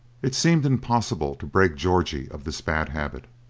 it seemed impossible to break georgie of this bad habit,